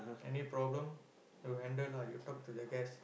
any problem you will handle lah you talk to the guests